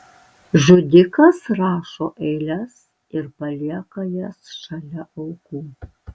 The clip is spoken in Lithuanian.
žudikas rašo eiles ir palieka jas šalia aukų